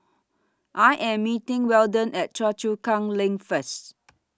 I Am meeting Weldon At Choa Chu Kang LINK First